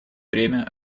время